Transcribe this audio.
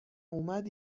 اومد